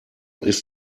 ist